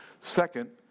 Second